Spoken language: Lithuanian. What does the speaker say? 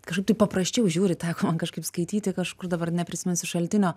kažkaip tai paprasčiau žiūri teko man kažkaip skaityti kažkur dabar neprisiminsiu šaltinio